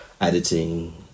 editing